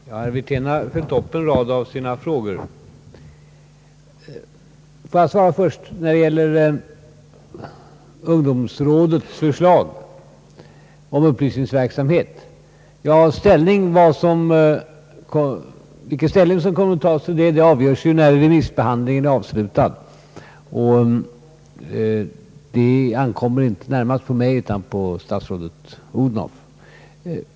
Herr talman! Herr Wirtén har följt upp sin interpellation med en rad frågor. Jag vill först svara beträffande ungdomsrådets förslag om upplysningsverksamhet. Vilken ställning som kommer att tas till det förslaget avgörs när remissbehandlingen är avslutad, och det ankommer inte närmast på mig utan på statsrådet Odhnoff att fatta beslut.